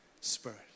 spirit